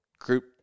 group